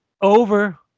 over